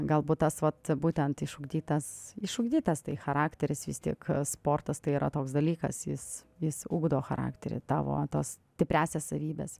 galbūt tas vat būtent išugdytas išugdytas tai charakteris vis tik sportas tai yra toks dalykas jis jis ugdo charakterį tavo tas stipriąsias savybes